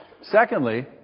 Secondly